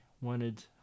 wanted